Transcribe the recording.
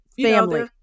family